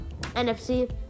NFC